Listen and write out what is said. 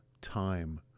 time